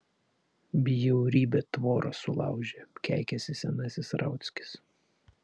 bjaurybė tvorą sulaužė keikiasi senasis rauckis